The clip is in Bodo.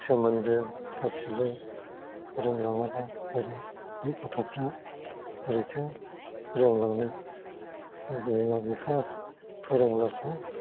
सोमोन्दो गासिबो फोरोंलाङाबा बोरै बि गथ'फ्रा बोरैथो रोंलांनो बिमा बिफायासो फोरोंब्लासो